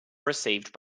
received